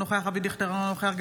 אינו נוכח אבי דיכטר,